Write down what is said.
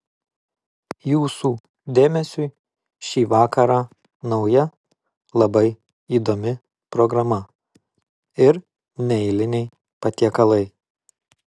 jūsų dėmesiui šį vakarą nauja labai įdomi programa ir neeiliniai patiekalai